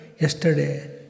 yesterday